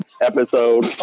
episode